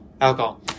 Alcohol